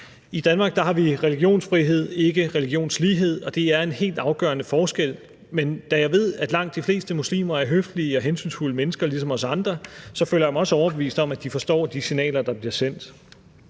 I Danmark har vi religionsfrihed, ikke religionslighed, og det er en helt afgørende forskel, men da jeg ved, at langt de fleste muslimer er høflige og hensynsfulde mennesker ligesom os andre, så føler jeg mig også overbevist om, at de forstår de signaler, der bliver sendt.